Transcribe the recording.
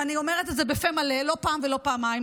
ואני אומרת את זה בפה מלא לא פעם ולא פעמיים,